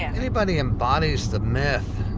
anybody embodies the myth,